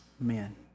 men